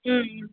ம் ம்